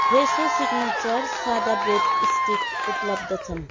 फ्रेसो signature सादा bread stick उपलब्ध छन्